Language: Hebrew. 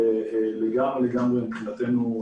מבחינתנו,